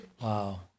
Wow